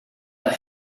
let